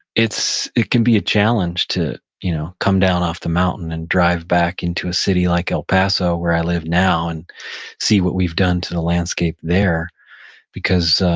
it can be a challenge to you know come down off the mountain and drive back into a city like el paso where i live now and see what we've done to the landscape there because